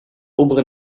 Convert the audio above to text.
oberen